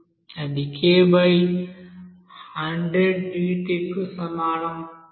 అది k100dt కు సమానం